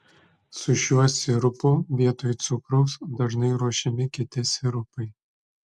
su šiuo sirupu vietoj cukraus dažnai ruošiami kiti sirupai